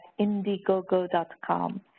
Indiegogo.com